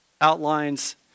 outlines